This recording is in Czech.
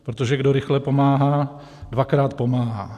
Protože kdo rychle pomáhá, dvakrát pomáhá.